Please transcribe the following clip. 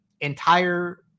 entire